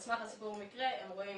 על סמך הסיפור מקרה, הם רואים